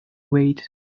wait